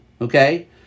okay